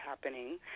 happening